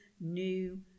new